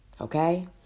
Okay